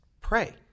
pray